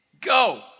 go